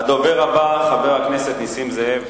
הדובר הבא, חבר הכנסת נסים זאב,